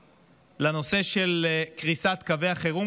ומיידי בנושא של קריסת קווי החירום.